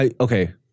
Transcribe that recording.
Okay